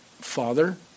Father